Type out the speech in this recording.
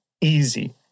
easy